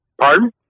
pardon